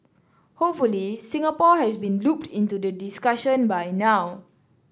hopefully Singapore has been looped into the discussion by now